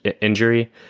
injury